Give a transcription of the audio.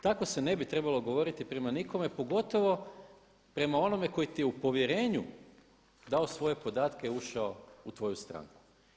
Tako se ne bi trebalo govoriti prema nikome pogotovo prema onome koji ti je u povjerenju dao svoje podatke, ušao u tvoju stranku.